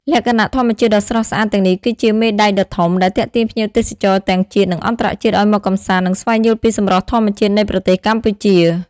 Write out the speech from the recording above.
លក្ខណៈធម្មជាតិដ៏ស្រស់ស្អាតទាំងនេះ គឺជា មេដែកដ៏ធំ ដែលទាក់ទាញភ្ញៀវទេសចរទាំងជាតិ និងអន្តរជាតិឲ្យមកកម្សាន្ត និងស្វែងយល់ពីសម្រស់ធម្មជាតិនៃប្រទេសកម្ពុជា។